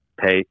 pay